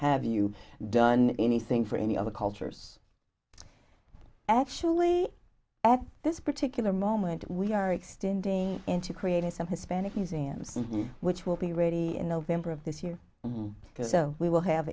have you done anything for any other cultures actually at this particular moment we are extending into creating some hispanic museums which will be ready in november of this year because so we will have